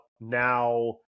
now